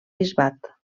bisbat